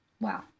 Wow